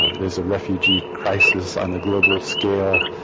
there's a refugee crisis on the global scale.